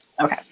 Okay